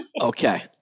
Okay